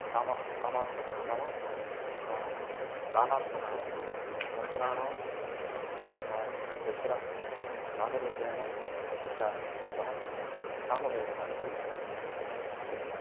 साम सामात्मकः नाम गानात्मकः वर्तते मन्त्राणां यत्र गानरूपेण उच्चारणं सः सामवेदः इति उच्यते